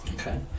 Okay